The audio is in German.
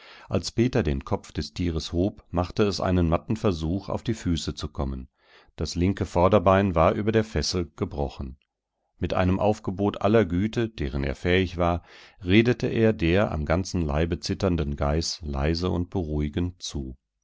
als peter den kopf des tieres hob machte es einen matten versuch auf die füße zu kommen das linke vorderbein war über der fessel gebrochen mit dem aufgebot aller güte deren er fähig war redete er der am ganzen leibe zitternden geiß leise und beruhigend zu